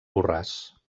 borràs